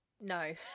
No